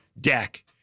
deck